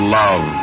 love